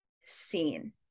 seen